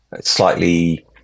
Slightly